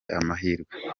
amahirwe